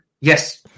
Yes